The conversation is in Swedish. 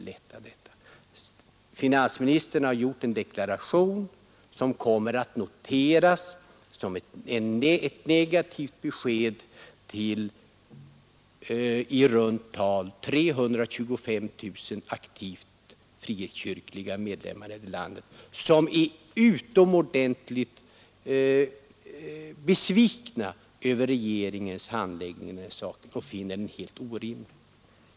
Finansministern har gjort en deklaration som kommer att noteras såsom ett negativt besked till i runt tal 325 000 aktiva medlemmar av frikyrkliga samfund i landet. Dessa blir naturligtvis besvikna över regeringens handläggning av den här frågan och finner den helt orimlig.